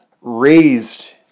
raised